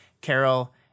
carol